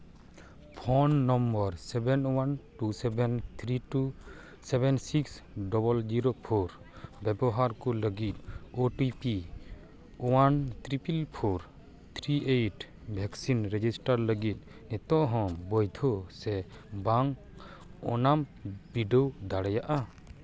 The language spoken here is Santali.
phone number seven one two seven three two seven six double zero four ᱵᱮᱵᱚᱦᱟᱨ ᱠᱚ ᱞᱟᱹᱜᱤᱫ O T P one triple four three eight vaccine register ᱞᱟᱹᱜᱤᱫ ᱱᱤᱛᱚᱜ ᱦᱚᱸ ᱵᱳᱭᱫᱷᱚ ᱥᱮ ᱵᱟᱢ ᱚᱱᱟᱢ ᱵᱤᱰᱟᱹᱣ ᱫᱟᱲᱮᱭᱟᱜᱼᱟ